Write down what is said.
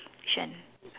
which one